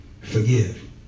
Forgive